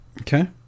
Okay